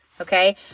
okay